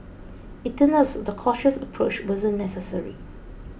it turns out the cautious approach wasn't necessary